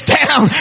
down